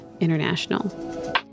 International